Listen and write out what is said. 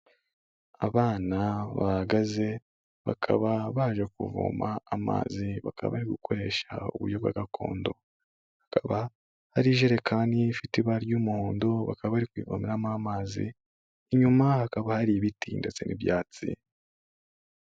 Abana bahagaze bakaba baje kuvoma amazi bakaba bari gukoreshayo uburyo bwa gakondo, akaba ari ijerekani ifite ibara ry'umuhondo, bakaba bari kuyivomeramo amazi, inyuma hakaba hari ibiti ndetse n'ibyatsi.